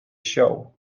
show